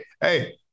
hey